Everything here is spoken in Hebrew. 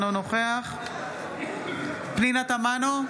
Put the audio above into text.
אינו נוכח פנינה תמנו,